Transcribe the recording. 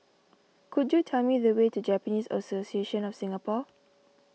could you tell me the way to Japanese Association of Singapore